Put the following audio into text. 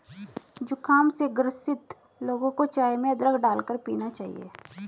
जुखाम से ग्रसित लोगों को चाय में अदरक डालकर पीना चाहिए